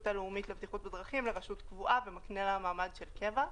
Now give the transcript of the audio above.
הלאומית לבטיחות בדרכים לרשות קבועה ומקנה לה מעמד של קבע,